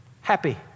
happy